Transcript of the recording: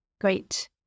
great